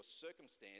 circumstance